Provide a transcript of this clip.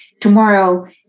tomorrow